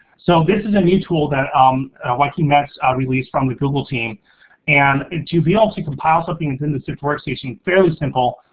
so this is a new tool that um joachim metz released from the google team and and to be able to compile something that's in the sift workstation, fairly simple,